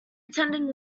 attended